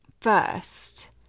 first